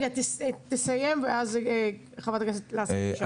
תסיים ואז חברת הכנסת לסקי תשאל.